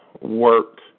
work